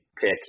pick